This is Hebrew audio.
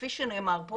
כפי שנאמר פה